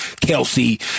Kelsey